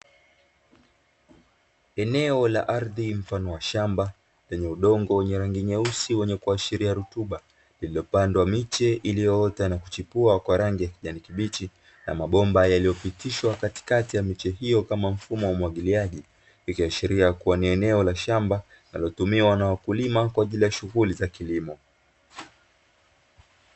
Eneo la ardhi mfano wa shamba lenye udongo wenye rangi nyeusi kuashiria rutuba iliyopandwa miche iliyoota na kuchipua kwa rangi ya kijani kibichi, na mabomba yaliyopitishwa katikati ya miche hiyo kama mfumo wa umwagiliaji, ikiashiria kuwa ni eneo la shamba linalotumiwa na wakulima kwa ajili ya shughuli za kilimo.